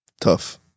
Tough